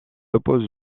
oppose